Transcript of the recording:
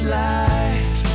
life